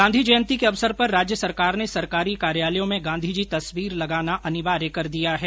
गांधी जयंती के अवसर पर राज्य सरकार ने सरकारी कार्यालयों में गांधी जी तस्वीर लगाना अनिवार्य कर दिया है